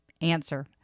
Answer